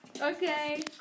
Okay